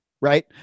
Right